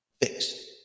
fix